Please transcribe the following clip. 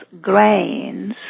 grains